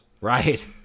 Right